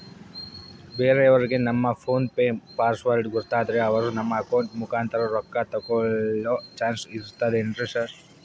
ಬೇರೆಯವರಿಗೆ ನಮ್ಮ PhonePe password ಗೊತ್ತಾದ್ರೆ ಅವರು ನಮ್ಮ ಅಕೌಂಟ್ ಮುಖಾಂತರ ರೊಕ್ಕ ತಕ್ಕೊಳ್ಳೋ ಚಾನ್ಸ್ ಇರ್ತದೆನ್ರಿ ಸರ್?